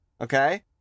okay